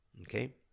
okay